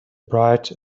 bright